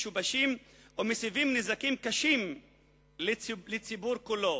משובשים ומסבים נזקים קשים לציבור כולו.